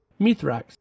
Mithrax